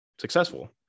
successful